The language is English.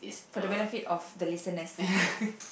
for the benefit of the listeners